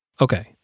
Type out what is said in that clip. Okay